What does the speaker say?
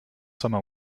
summer